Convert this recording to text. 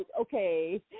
okay